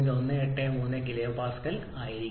183 kPa ആയിരിക്കും